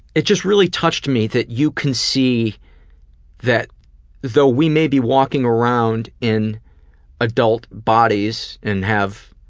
it just really touched me that you can see that though we may be walking around in adult bodies and have